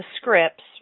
scripts